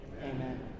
Amen